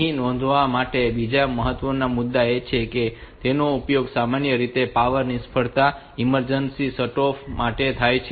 અહીં નોંધવા માટેનો બીજો મહત્વનો મુદ્દો એ છે કે તેનો ઉપયોગ સામાન્ય રીતે પાવર નિષ્ફળતા ઇમરજન્સી શટઓફ માટે થાય છે